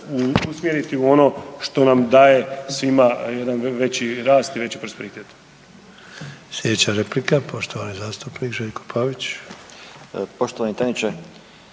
usmjeriti u ono što nam daje svima jedan veći rast i veći prosperitet.